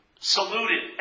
saluted